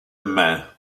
mains